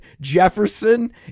Jefferson